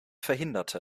verhinderte